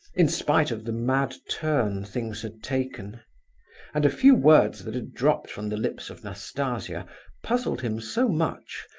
in spite of the mad turn things had taken and a few words that had dropped from the lips of nastasia puzzled him so much,